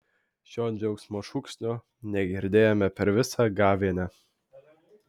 šio džiaugsmo šūksnio negirdėjome per visą gavėnią